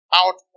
out